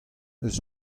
eus